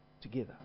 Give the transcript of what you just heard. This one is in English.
together